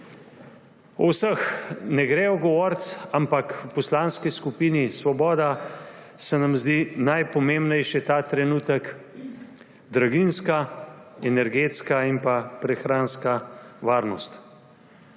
Vseh ne gre ogovoriti, ampak v Poslanski skupini Svoboda se nam zdi najpomembnejša ta trenutek draginjska, energetska in pa prehranska varnost.